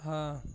ਹਾਂ